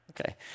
Okay